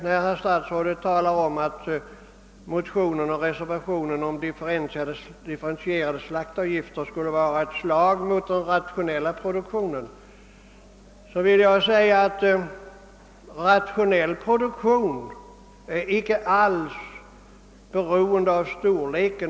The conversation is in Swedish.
När statsrådet påstår att motionen och reservationen om differentierade slaktdjursavgifter skulle vara ett slag mot den rationella produktionen, vill jag säga att en rationell produktion icke alls är beroende av sin storlek.